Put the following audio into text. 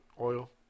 oil